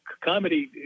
comedy